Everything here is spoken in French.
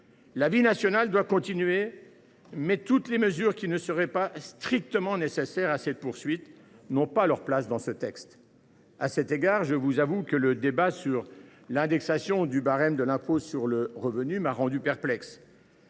La vie nationale doit continuer, mais toutes les mesures qui ne seraient pas strictement « nécessaires » à cette poursuite n’ont pas leur place dans ce texte. À cet égard, je vous avoue que le débat sur l’indexation du barème de l’impôt sur le revenu m’a rendu perplexe.